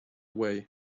way